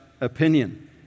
opinion